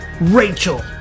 Rachel